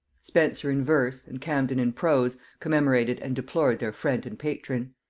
spenser in verse, and camden in prose, commemorated and deplored their friend and patron.